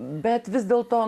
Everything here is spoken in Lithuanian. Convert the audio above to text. bet vis dėl to